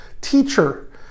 teacher